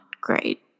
great